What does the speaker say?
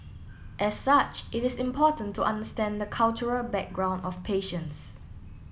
as such it is important to understand the cultural background of patients